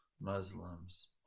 Muslims